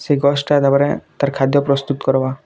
ସେ ଗଛ୍ଟା ତା'ପରେ ତା'ର ଖାଦ୍ୟ ପ୍ରସ୍ତୁତି କର୍ବା